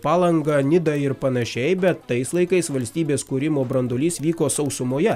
palangą nidą ir panašiai bet tais laikais valstybės kūrimo branduolys vyko sausumoje